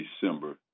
December